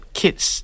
kids